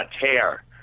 tear